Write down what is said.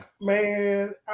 Man